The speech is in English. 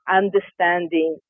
understanding